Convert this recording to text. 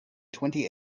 twenty